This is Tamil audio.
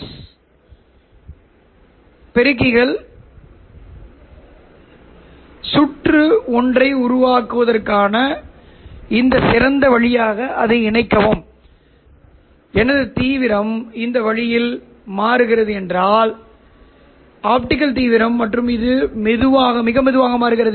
இப்போது இந்த சாதனம் கப்ளரின் இந்த வெளியீடுகளை E1 E2 E3 மற்றும் E4 உடன் ஒரு பொதுவான கப்ளர் உள்ளமைவை எவ்வாறு எழுதுவது என்பதை நாம் ஏற்கனவே பார்த்தோம் மேலும் E3 மற்றும் E4 ஆகியவை 50 50 கப்ளர் க்கு சில மேட்ரிக்ஸால் வகைப்படுத்தப்படுகின்றன